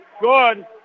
Good